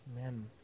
Amen